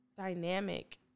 Dynamic